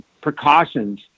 precautions